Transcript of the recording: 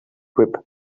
whip